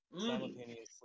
Simultaneously